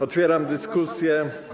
Otwieram dyskusję.